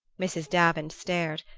mrs. davant stared.